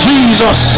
Jesus